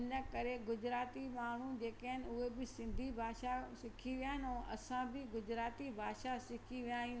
हिन करे गुजराती माण्हू जेके आहिनि उहे बि सिंधी भाषा सिखी विया आहिनि ऐं असां बि गुजराती भाषा सिखी विया आहियूं